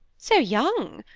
so young!